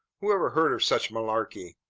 who ever heard of such malarkey!